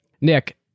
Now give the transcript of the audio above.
Nick